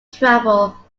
travel